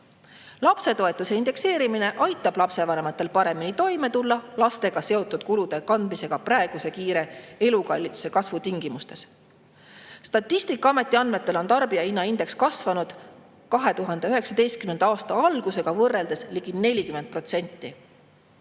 Lapsetoetuse indekseerimine aitab lapsevanematel paremini toime tulla lastega seotud kulude kandmisega praeguse kiire elukalliduse kasvu tingimustes. Statistikaameti andmetel on tarbijahinnaindeks kasvanud 2019. aasta algusega võrreldes ligi 40%.